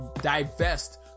divest